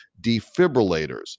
defibrillators